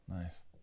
Nice